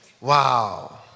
Wow